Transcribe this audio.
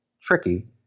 tricky